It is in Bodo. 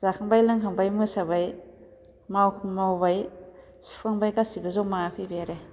जाखांबाय लोंखांबाय मोसाबाय मावखुं मावबाय सुखांबाय गासिबो ज'मा फैबाय आरो